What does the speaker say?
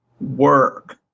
work